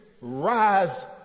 rise